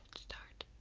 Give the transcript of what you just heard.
start